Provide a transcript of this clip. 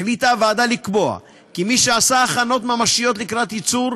החליטה הוועדה לקבוע כי מי שעשה הכנות ממשיות לקראת ייצור,